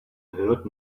heard